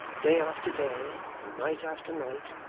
day after day, and night after night,